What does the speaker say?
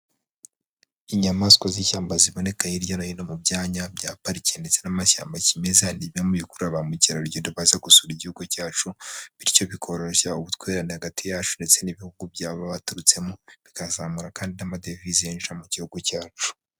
Inyamaswa z'ishyamba ziboneka hirya no hino mu byanya bya pariki ndetse n'amashyamba ya kimezagami bikurura ba mukerarugendo baza gusura igihugu cyacu bityo bikoroshya ubutwererane hagati yacu ndetse n'ibihugu byabo baba baturutsemo bikazamura kandi n'amadevize yinjira mu gihugu cyacu.